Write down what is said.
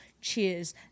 cheers